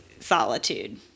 solitude